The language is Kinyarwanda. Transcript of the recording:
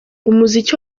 umuziki